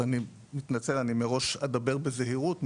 אז אני מתנצל, אני מראש אדבר בזהירות.